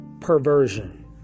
perversion